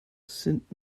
sind